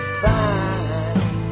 fine